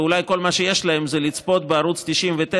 ואולי כל מה שיש להם זה לצפות בערוץ 99,